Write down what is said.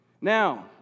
Now